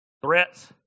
threats